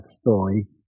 story